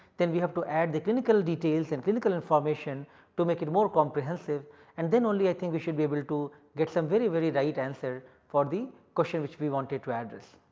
then we have to add the clinical details and clinical information to make it more comprehensive and then only i think we should be able to to get some very very right answer for the question which we wanted to address.